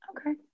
Okay